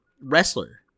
wrestler